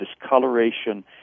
discoloration